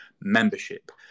membership